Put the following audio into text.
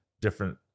different